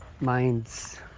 minds